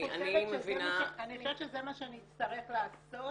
אני מבינה- -- אני חושבת שזה מה שנצטרך לעשות,